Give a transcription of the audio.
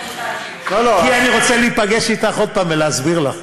כי אני רוצה להיפגש אתך עוד פעם ולהסביר לך.